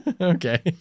okay